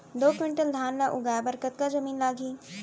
दो क्विंटल धान ला उगाए बर कतका जमीन लागही?